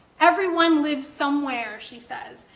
everyone lives somewhere, she says,